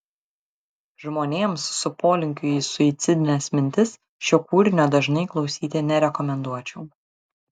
žmonėms su polinkiu į suicidines mintis šio kūrinio dažnai klausyti nerekomenduočiau